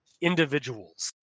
individuals